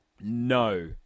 No